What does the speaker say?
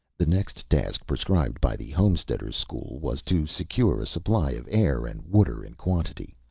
the next task prescribed by the homesteaders' school was to secure a supply of air and water in quantity.